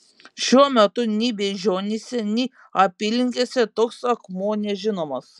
šiuo metu nei beižionyse nei apylinkėse toks akmuo nežinomas